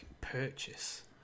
purchase